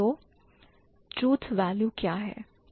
तो truth value क्या है